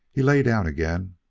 he lay down again,